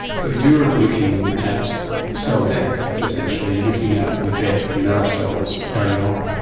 so you're looking at cell death essentially, you're looking at the death of nerve cells early on.